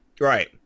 Right